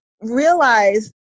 realize